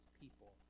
people